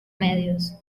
medios